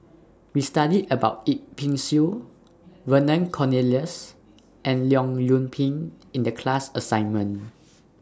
We studied about Yip Pin Xiu Vernon Cornelius and Leong Yoon Pin in The class assignment